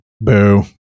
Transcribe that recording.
Boo